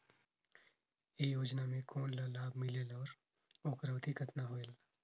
ये योजना मे कोन ला लाभ मिलेल और ओकर अवधी कतना होएल